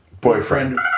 boyfriend